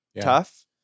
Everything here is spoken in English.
tough